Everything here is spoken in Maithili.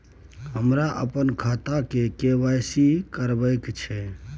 हमरा अपन खाता के के.वाई.सी करबैक छै